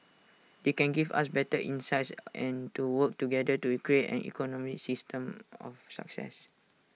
they can give us better insights and to work together to create an economy system of success